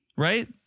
Right